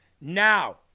now